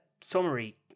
summary